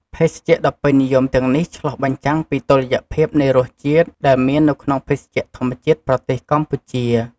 ភេសជ្ជៈដ៏ពេញនិយមទាំងនេះឆ្លុះបញ្ចាំងពីតុល្យភាពនៃរសជាតិ ដែលមាននៅក្នុងភេសជ្ជៈធម្មជាតិប្រទេសកម្ពុជា។